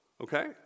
Okay